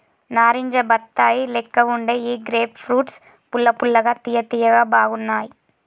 నారింజ బత్తాయి లెక్క వుండే ఈ గ్రేప్ ఫ్రూట్స్ పుల్ల పుల్లగా తియ్య తియ్యగా బాగున్నాయ్